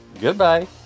Goodbye